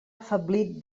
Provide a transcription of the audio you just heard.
afeblit